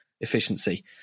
efficiency